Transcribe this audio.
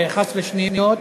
11 שניות.